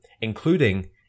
including